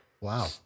Wow